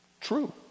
True